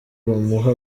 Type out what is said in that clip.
bamuha